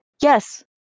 Yes